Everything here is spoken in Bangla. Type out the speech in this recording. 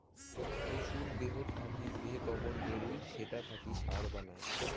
পশুর দেহত থাকি যে দবন বেরুই সেটা থাকি সার বানায়